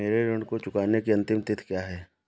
मेरे ऋण को चुकाने की अंतिम तिथि क्या है?